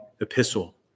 epistle